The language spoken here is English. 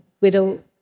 widow